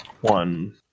one